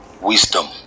wisdom